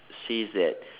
says that